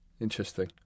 Interesting